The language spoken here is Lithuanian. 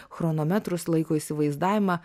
chronometrus laiko įsivaizdavimą